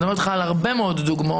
אני מדברת איתך על הרבה מאוד דוגמאות,